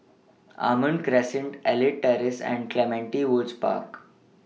Almond Crescent Elite Terrace and Clementi Woods Park